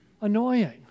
Annoying